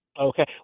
Okay